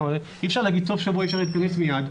אי-אפשר להגיד שבסוף שבוע אפשר להתכנס מייד.